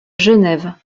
genève